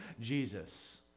Jesus